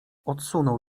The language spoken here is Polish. odsunął